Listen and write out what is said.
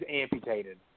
amputated